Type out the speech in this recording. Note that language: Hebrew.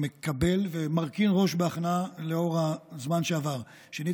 אני מקבל ומרכין ראש בהכנעה לנוכח הזמן שעבר, ב.